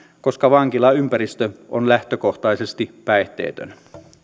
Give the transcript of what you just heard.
koska vankilaympäristö on lähtökohtaisesti päihteetön